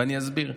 ואני אסביר.